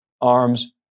ARM's